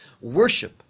worship